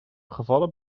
gevallen